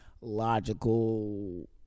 logical